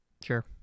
Sure